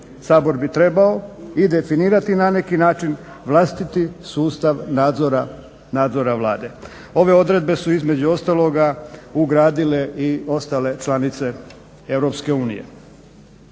Sabor bi trebao i definirati na neki način vlastiti sustav nadzora Vlade. Ove odredbe su između ostaloga ugradile i ostale članice EU.